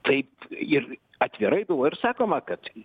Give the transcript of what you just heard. taip ir atvirai buvo ir sakoma kad